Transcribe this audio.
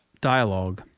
dialogue